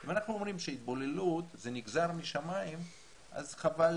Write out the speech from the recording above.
אם אנחנו אומרים שהתבוללות זה נגזר משמים אז חבל,